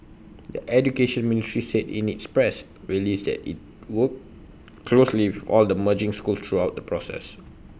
the Education Ministry said in its press release that IT worked closely with all the merging schools throughout the process